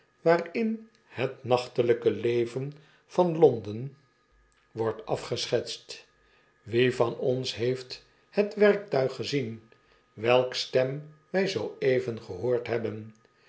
waarin het nachtelyke leven van londen wordt meester humphrey aan zljne lezers m m afgeschetst wie van ons heeft het werktuig gezien welks stem wy zoo even gehoord hebben